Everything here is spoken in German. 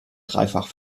dreifach